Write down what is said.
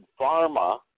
pharma